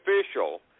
official